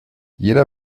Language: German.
jeder